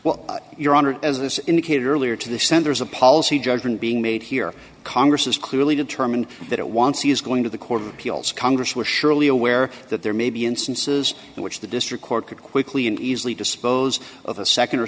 well your honor as this indicated earlier to the center is a policy judgment being made here congress is clearly determined that it wants she is going to the court of appeals congress will surely aware that there may be instances in which the district court could quickly and easily dispose of a nd or